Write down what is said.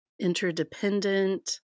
interdependent